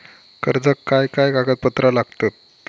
कर्जाक काय काय कागदपत्रा लागतत?